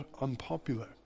unpopular